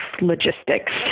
logistics